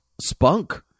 spunk